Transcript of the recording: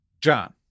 John